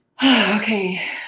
okay